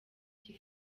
cyo